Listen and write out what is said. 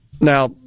Now